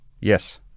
Yes